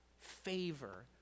Favor